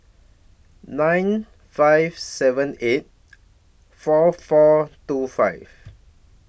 nine five seven eight four four two five